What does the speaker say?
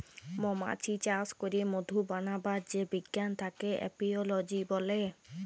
মমাছি চাস ক্যরে মধু বানাবার যে বিজ্ঞান থাক্যে এপিওলোজি ব্যলে